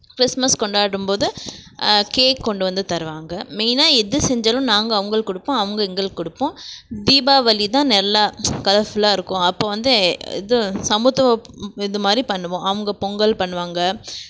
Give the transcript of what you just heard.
Christmas கொண்டாடும்போது cake கொண்டு வந்து தருவாங்க மெய்னாக எது செஞ்சாலும் நாங்கள் அவுங்களுக்கு கொடுப்போம் அவுங்க எங்களுக்கு கொடுப்போம் தீபாவளி தான் நல்லா கலர்ஃபுல்லாக இருக்கும் அப்போ வந்து இது சமத்துவம் இதுமாதிரி பண்ணுவோம் அவங்க பொங்கல் பண்ணுவாங்க